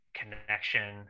connection